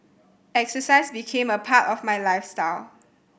exercise became a part of my lifestyle